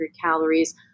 calories